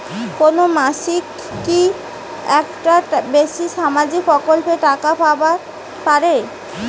কোনো মানসি কি একটার বেশি সামাজিক প্রকল্পের টাকা পাবার পারে?